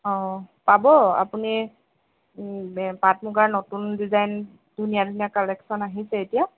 অঁ পাব আপুনি পাট মূগাৰ নতুন ডিজাইন ধুনীয়া ধুনীয়া কালেকচন আহিছে এতিয়া